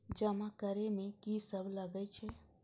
जमा करे में की सब लगे छै?